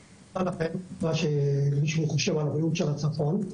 לכם, כמי שחושב על הבריאות של הצפון,